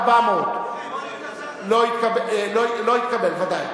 ההסתייגות לא מתקבלת.